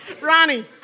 Ronnie